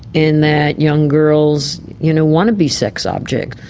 and that young girls you know want to be sex objects.